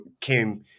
came